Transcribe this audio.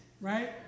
right